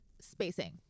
spacing